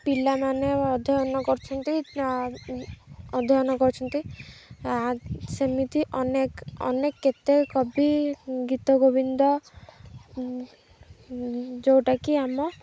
ପିଲାମାନେ ଅଧ୍ୟୟନ କରଛନ୍ତି ଅଧ୍ୟୟନ କରଛନ୍ତି ସେମିତି ଅନେକ ଅନେକ କେତେ କବି ଗୀତ ଗୋବିନ୍ଦ ଯେଉଁଟାକି ଆମ